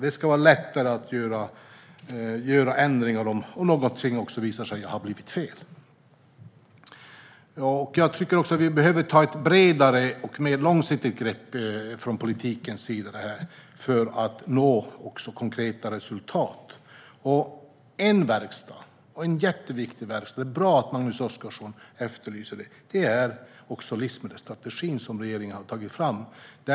Det ska vara lättare att göra ändringar om något visar sig ha blivit fel. Politiken behöver ta ett bredare och mer långsiktigt grepp för att nå konkreta resultat. En viktig verkstad, som det är bra att Magnus Oscarsson efterlyser, är den livsmedelsstrategi som regeringen har tagit fram.